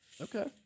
Okay